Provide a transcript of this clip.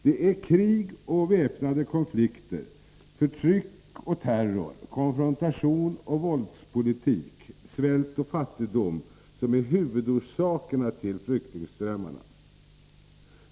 Det är krig och väpnade konflikter, förtryck och terror, konfrontationsoch våldspolitik, svält och fattigdom som är huvudorsakerna till flyktingströmmarna.